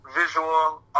visual